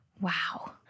Wow